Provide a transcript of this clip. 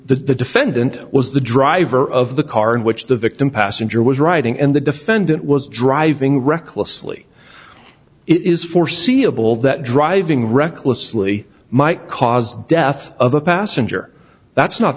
the defendant was the driver of the car in which the victim passenger was riding and the defendant was driving recklessly it is foreseeable that driving recklessly might cause death of a passenger that's not